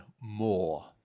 more